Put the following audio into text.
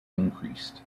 increased